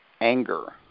anger